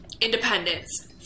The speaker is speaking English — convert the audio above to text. independence